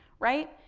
right,